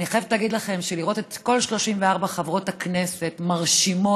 ואני חייבת להגיד לכם שלראות את כל 34 חברות הכנסת מרשימות